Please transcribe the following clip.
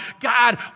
God